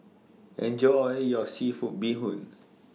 Enjoy your Seafood Bee Hoon